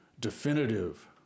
definitive